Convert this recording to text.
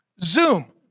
Zoom